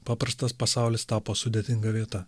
paprastas pasaulis tapo sudėtinga vieta